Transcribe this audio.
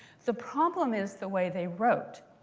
the problem is the way they wrote.